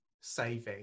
saving